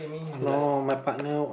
no my partner